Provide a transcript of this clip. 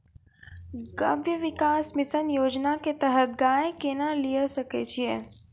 गव्य विकास मिसन योजना के तहत गाय केना लिये सकय छियै?